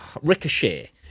ricochet